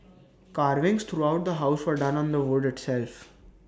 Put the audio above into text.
carvings throughout the house were done on the wood itself